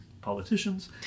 politicians